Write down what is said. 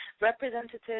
representative